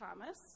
Thomas